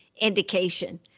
indication